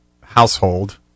household